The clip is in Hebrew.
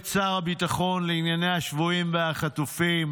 יועץ שר הביטחון לענייני השבויים והחטופים,